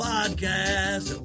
Podcast